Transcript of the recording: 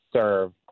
serve